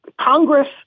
Congress